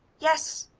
yes,